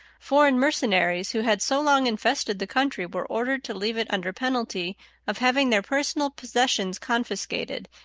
foreign mercenaries who had so long infested the country were ordered to leave it under penalty of having their personal possessions confiscated,